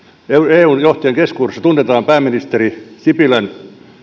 eun johtajien keskuudessa tunnetaan pääministeri sipilän